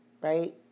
right